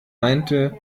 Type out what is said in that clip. meinte